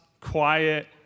quiet